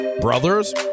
Brothers